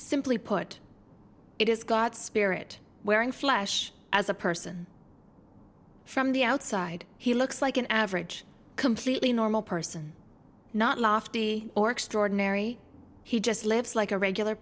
simply put it is god's spirit wearing flesh as a person from the outside he looks like an average completely normal person not lofty or extraordinary he just lives like a regular